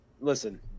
listen